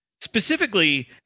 Specifically